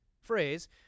phrase